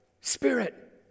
Spirit